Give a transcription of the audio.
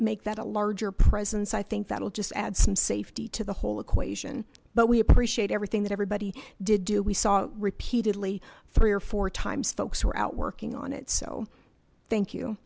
make that a larger presence i think that'll just add some safety to the whole equation but we appreciate everything that everybody did do we saw repeatedly three or four times folks who are out working on it so thank you